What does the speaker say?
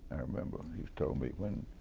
i remember. he told me, when